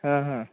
ಹಾಂ ಹಾಂ